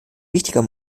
wichtiger